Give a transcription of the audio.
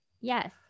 yes